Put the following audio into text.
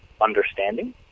understanding